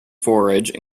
forage